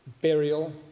burial